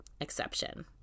exception